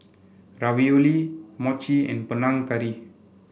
Ravioli Mochi and Panang Curry